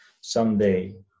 someday